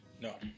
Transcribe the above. No